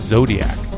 Zodiac